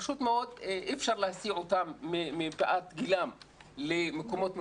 פשוט מאוד אי אפשר להסיע אותם מפאת גילם למקומות מרוחקים,